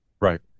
Right